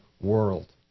world